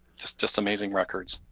just just amazing records.